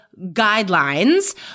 guidelines